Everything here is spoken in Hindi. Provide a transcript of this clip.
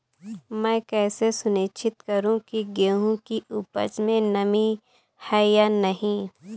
मैं कैसे सुनिश्चित करूँ की गेहूँ की उपज में नमी है या नहीं?